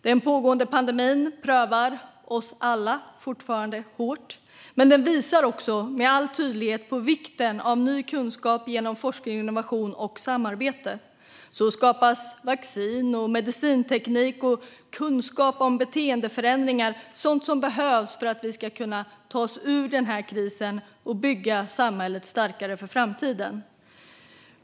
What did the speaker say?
Den pågående pandemin prövar oss alla fortfarande hårt, men den visar också med all tydlighet på vikten av ny kunskap genom forskning, innovation och samarbete. Så skapas vaccin och medicinteknik, liksom kunskap om beteendeförändringar - sådant som behövs för att vi ska kunna ta oss ur den här krisen och bygga samhället starkare för framtiden.